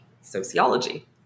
sociology